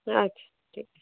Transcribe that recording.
আচ্ছা